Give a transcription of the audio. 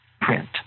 print